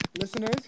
listeners